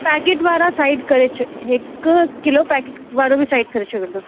packet वारा side करे छ हिक किलो पैकेट वारो बि साइड करे छॾंदो